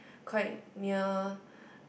quite near